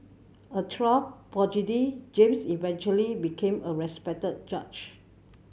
a child prodigy James eventually became a respected judge